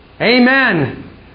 Amen